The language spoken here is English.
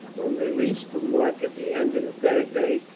when released from work at the end of the third day,